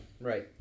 Right